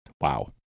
Wow